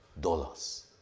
dollars